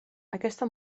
aquesta